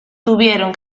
tuvieron